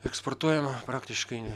eksportuojama praktiškai